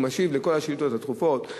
הוא משיב על כל השאילתות הדחופות,